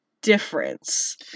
difference